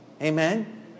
Amen